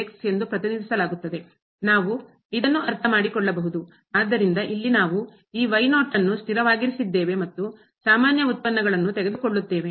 ನಾವು ಇದನ್ನು ಅರ್ಥಮಾಡಿಕೊಳ್ಳಬಹುದು ಆದ್ದರಿಂದ ಇಲ್ಲಿ ನಾವು ಈ ಅನ್ನು ಸ್ಥಿರವಾಗಿರಿಸಿದ್ದೇವೆ ಮತ್ತು ಸಾಮಾನ್ಯ ಉತ್ಪನ್ನಗಳನ್ನು ತೆಗೆದುಕೊಳ್ಳುತ್ತೇವೆ